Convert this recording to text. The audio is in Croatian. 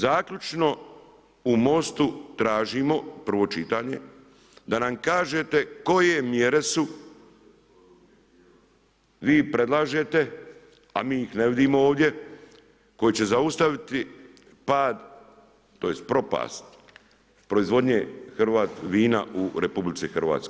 Zaključno u Mostu tražimo prvo čitanje da nam kažete koje mjere su, vi predlažete, a mi ih ne vidimo ovdje koje će zaustaviti pad, tj. propast proizvodnje hrvat vina u RH.